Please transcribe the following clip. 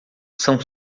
são